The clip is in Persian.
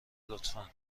لطفا